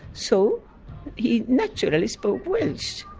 so he naturally spoke welsh.